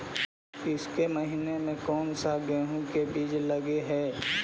ईसके महीने मे कोन सा गेहूं के बीज लगे है?